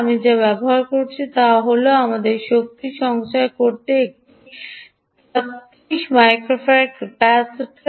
আমি যা ব্যবহার করেছি তা হল আমাদের শক্তি সঞ্চয় করতে একটি 33 মাইক্রোফেরাদ ক্যাপাসিটার